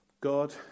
God